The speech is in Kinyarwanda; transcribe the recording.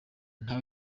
nta